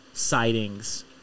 sightings